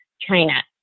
China